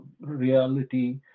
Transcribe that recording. reality